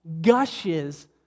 gushes